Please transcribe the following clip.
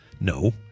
No